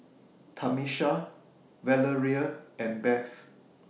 Tamisha Valeria and Bev